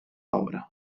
obra